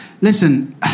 Listen